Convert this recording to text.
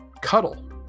Cuddle